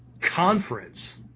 conference